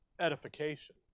edification